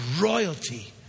royalty